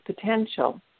potential